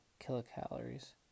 kilocalories